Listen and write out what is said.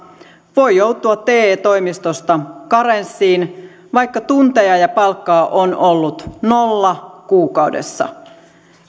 voi joutua te toimistossa karenssiin vaikka tunteja ja palkkaa on ollut nolla kuukaudessa